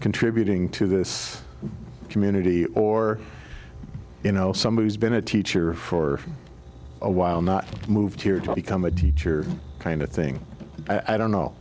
contributing to this community or you know someone who's been a teacher for a while not moved here to become a teacher kind of thing i don't know